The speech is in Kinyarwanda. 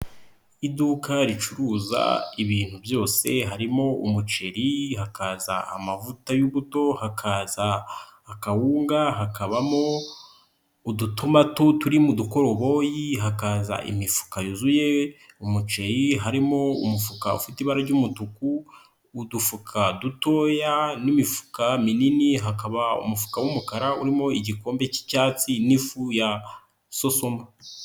Iduka ricuruza ibintu byose harimo: umuceri, hakaza amavuta y'ubuto, hakaza akawunga, hakabamo udutomato turi mu dukoroboyi, hakaza imifuka yuzuye umuceri, harimo umufuka ufite ibara ry'umutuku, udufuka dutoya n'imifuka minini, hakaba umufuka w'umukara urimo igikombe k'icyatsi n'ifu ya sosuma.